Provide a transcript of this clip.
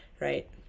right